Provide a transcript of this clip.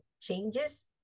changes